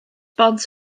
bont